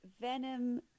Venom